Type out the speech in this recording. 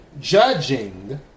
judging